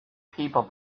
people